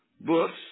books